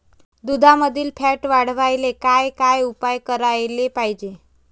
दुधामंदील फॅट वाढवायले काय काय उपाय करायले पाहिजे?